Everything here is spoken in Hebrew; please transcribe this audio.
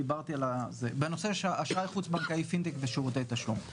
בנושא אשראי חוץ בנקאי, פינטק ושירותי תשלום.